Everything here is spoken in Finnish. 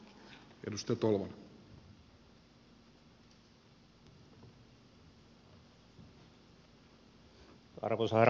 arvoisa herra puhemies